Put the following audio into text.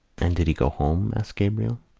and did he go home? asked gabriel.